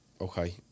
okay